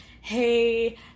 hey